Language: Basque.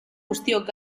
guztiok